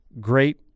great